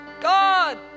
God